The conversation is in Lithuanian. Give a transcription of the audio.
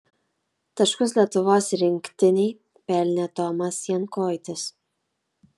taškus lietuvos rinktinei pelnė tomas jankoitis